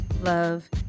love